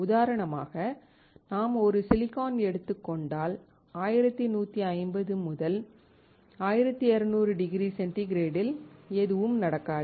உதாரணமாக நாம் ஒரு சிலிக்கான் எடுத்துக் கொண்டால் 1150 முதல் 1200 டிகிரி சென்டிகிரேடில் எதுவும் நடக்காது